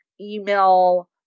email